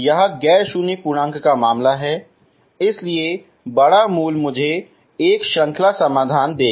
यह गैर शून्य पूर्णांक का मामला है इसलिए बड़ा मूल मुझे एक श्रृंखला समाधान देगा